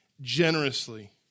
generously